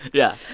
yeah.